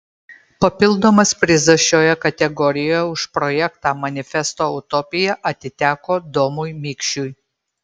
papildomas prizas šioje kategorijoje už projektą manifesto utopija atiteko domui mikšiui